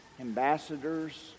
ambassadors